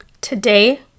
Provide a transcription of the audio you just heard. Today